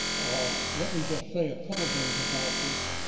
um let me just say a couple of things about this.